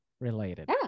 related